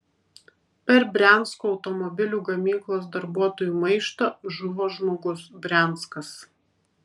per briansko automobilių gamyklos darbuotojų maištą žuvo žmogus brianskas